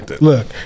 Look